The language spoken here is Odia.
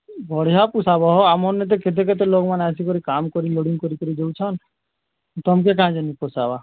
ବଢ଼ିଆ ପୋଷାବ ହୋ ଆମର୍ନେ ତେ କେତେ କେତେ ଲୋକ୍ମାନେ ଆସିିକରି କାମ୍ କରି ଲୋଡ଼ିଙ୍ଗ୍ କରି କରି ଯଉଛନ୍ ତମ୍କେ କାଁ ଯେ ନି ପୋଷାବା